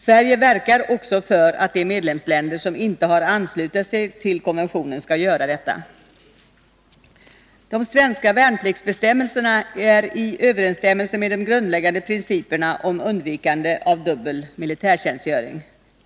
Sverige verkar också för att de medlemsländer som inte har anslutit sig till konventionen skall göra det. De svenska värnpliktsbestämmelserna står i överensstämmelse med de grundläggande principerna om undvikande av dubbel militärtjänstgöring.